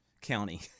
county